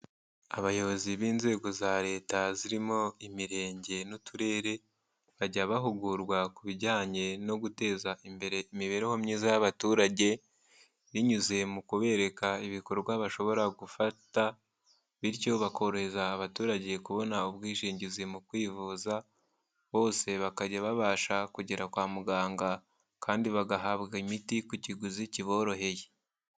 Abayobozi b'Inzego za Leta zirimo Imirenge n'Uturere, bajya bahugurwa ku bijyanye no guteza imbere imibereho myiza y'abaturage, binyuze mu kubereka ibikorwa bashobora gufata, bityo bakorohereza abaturage kubona ubwishingizi mu kwivuza, hose bakajya babasha kugera kwa muganga kandi bagahabwa imiti ku kiguzi kiboroheye.